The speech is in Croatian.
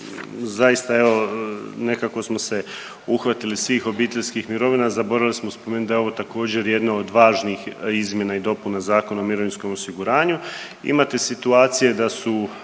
zaista evo nekako smo se uhvatili svih obiteljskih mirovina, zaboravili smo spomenuti da je ovo također jedna od važnih izmjena i dopuna Zakona o mirovinskom osiguranju. Imate situacije da su